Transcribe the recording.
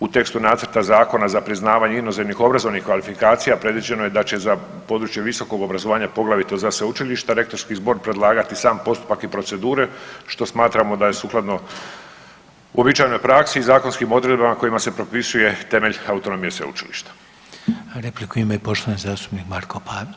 U tekstu Nacrta zakona za priznavanje inozemnih obrazovnih kvalifikacija predviđeno je da će za područje visokog obrazovanja poglavito za sveučilišta rektorski zbog sam predlagati postupak i procedure što smatramo da je sukladno uobičajenoj praksi i zakonskim odredbama kojima se propisuje temelj autonomije sveučilišta.